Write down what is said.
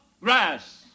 Grass